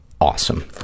awesome